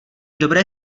dobré